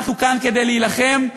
אנחנו כאן כדי להילחם,